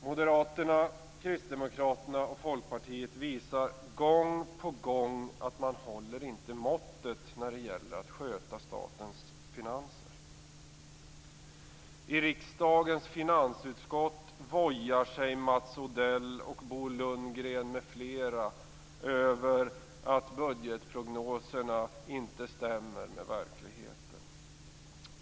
Moderaterna, Kristdemokraterna och Folkpartiet visar gång på gång att man inte håller måttet när det gäller att sköta statens finanser. I riksdagens finansutskott vojar sig Mats Odell och Bo Lundgren m.fl. över att budgetprognoserna inte stämmer med verkligheten.